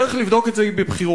הדרך לבדוק את זה היא בבחירות.